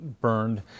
burned